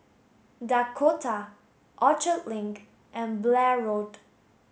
Dakota Orchard Link and Blair Road